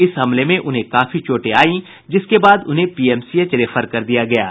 इस हमले में उन्हें काफी चोटें आयी जिसके बाद उन्हें पीएमसीएच रेफर कर दिया गया है